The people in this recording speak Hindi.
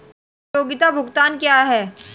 उपयोगिता भुगतान क्या हैं?